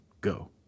go